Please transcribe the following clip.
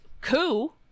coup